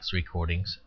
recordings